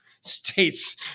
States